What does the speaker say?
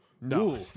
No